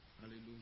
Hallelujah